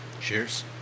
Cheers